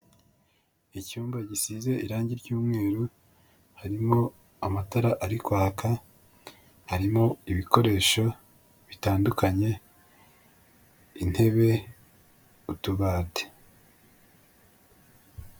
Icyumba gisize irange ry'umweru, harimo amatara ari kwaka, harimo ibikoresho bitandukanye, intebe, utubati.